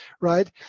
right